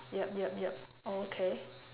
yup yup yup oh okay